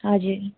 हजुर